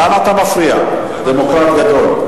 למה אתה מפריע, דמוקרט גדול?